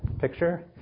picture